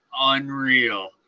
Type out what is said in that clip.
unreal